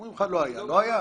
אומרים לך לא היה, לא היה.